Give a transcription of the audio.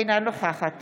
אינה נוכחת